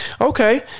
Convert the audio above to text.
Okay